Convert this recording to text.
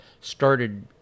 started